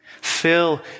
Fill